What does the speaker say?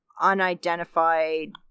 unidentified